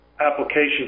application